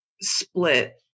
split